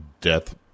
death